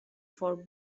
for